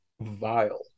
vile